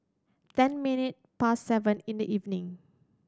ten minutes past seven in the evening